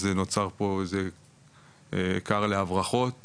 נוצר פה כר להברחות